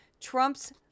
Trump's